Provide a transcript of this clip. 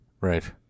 Right